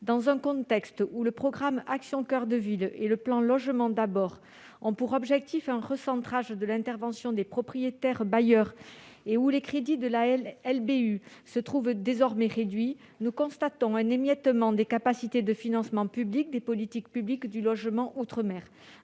Dans un contexte où le programme Action coeur de ville et le plan Logement d'abord ont pour objectif un recentrage de l'intervention des propriétaires bailleurs, et où les crédits de la ligne budgétaire unique (LBU) se trouvent désormais réduits, nous constatons un émiettement des capacités de financement public des politiques publiques du logement outre-mer.